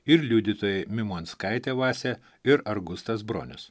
ir liudytojai mimonskaitė vasė ir argustas bronius